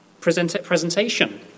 presentation